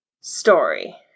story